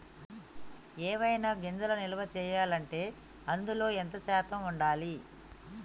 ఏవైనా గింజలు నిల్వ చేయాలంటే అందులో ఎంత శాతం ఉండాలి?